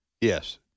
Yes